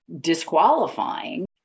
disqualifying